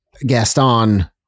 Gaston